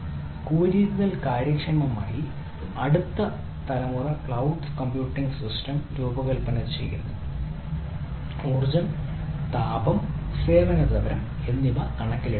കൂടുതൽ കാര്യക്ഷമമായി അടുത്ത തലമുറ ക്ലൌഡ് കമ്പ്യൂട്ടിംഗ് സിസ്റ്റം രൂപകൽപ്പന ചെയ്യുന്നു ഊർജ്ജം താപം സേവന തരം എന്നിവ കണക്കിലെടുക്കുമ്പോൾ